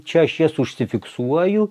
čia aš jas užsifiksuoju